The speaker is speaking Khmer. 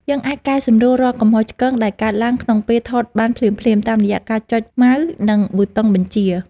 យើងអាចកែសម្រួលរាល់កំហុសឆ្គងដែលកើតឡើងក្នុងពេលថតបានភ្លាមៗតាមរយៈការចុចម៉ៅស៍ និង ប៊ូតុងបញ្ជា។